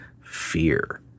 fear